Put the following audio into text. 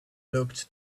looked